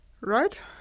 Right